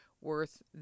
worth